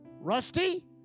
Rusty